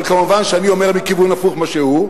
אבל מובן שאני אומר מכיוון הפוך ממנו.